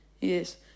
Yes